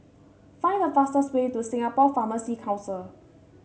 find the fastest way to Singapore Pharmacy Council